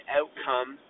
outcome